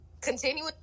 Continue